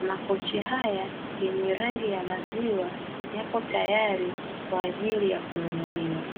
makochi haya yenye rangi ya maziwa yapo tayari kwa ajili ya kununuliwa.